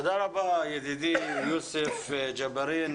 תודה רבה ידידי יוסף ג'בארין,